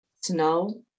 snow